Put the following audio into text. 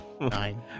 nine